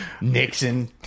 Nixon